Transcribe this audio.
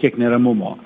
tiek neramumo